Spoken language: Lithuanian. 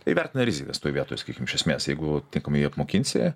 įvertina rizikas toj vietoj sakykim iš esmės jeigu tinkamai apmokinsi